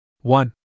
One